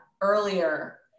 earlier